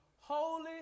holy